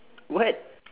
what